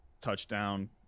touchdown